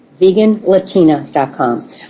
VeganLatina.com